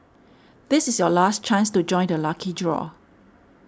this is your last chance to join the lucky draw